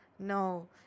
no